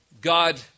God